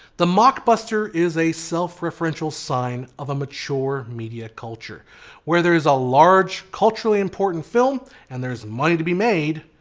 the mockbuster is a self referential sign of a mature media culture where there is a large culturally important film and there is money to be made,